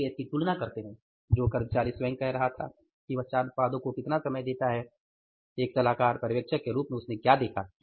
फिर वे इसकी तुलना करते हैं जो कर्मचारी स्व्यं कह रहा था कि वह चार उत्पादों को कितना समय देता है एक सलाहकार पर्यवेक्षक के रूप में उसने क्या देखा